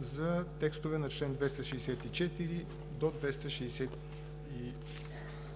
за текстове на членове от 264